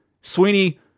Sweeney